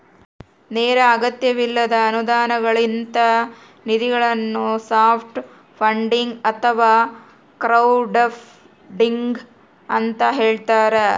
ನೇರ ಅಗತ್ಯವಿಲ್ಲದ ಅನುದಾನಗಳಂತ ನಿಧಿಗಳನ್ನು ಸಾಫ್ಟ್ ಫಂಡಿಂಗ್ ಅಥವಾ ಕ್ರೌಡ್ಫಂಡಿಂಗ ಅಂತ ಹೇಳ್ತಾರ